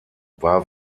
war